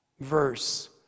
Verse